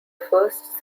first